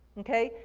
okay?